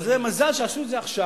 אז זה מזל שעשו את זה עכשיו.